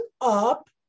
up